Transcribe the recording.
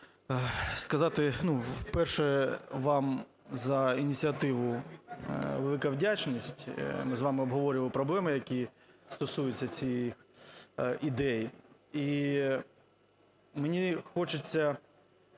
сказати, перше, вам за ініціативу велика вдячність, ми з вами обговорювали проблеми, які стосуються цієї ідеї. І мені хочеться